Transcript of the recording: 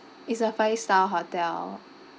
it's a five star hotel